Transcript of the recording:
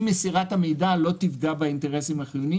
מסירת המידע לא תפגע באינטרסים החיוניים.